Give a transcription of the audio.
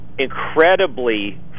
Incredibly